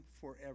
forever